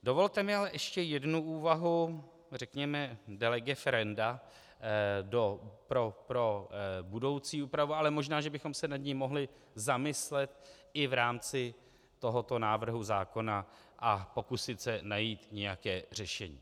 Dovolte mi ale ještě jednu úvahu, řekněme, de lege ferenda pro budoucí úpravu, ale možná, že bychom se nad ní mohli zamyslet i v rámci tohoto návrhu zákona a pokusit se najít nějaké řešení.